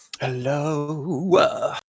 hello